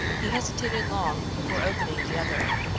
he hesitated long before opening the other.